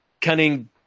cunning